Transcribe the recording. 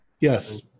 Yes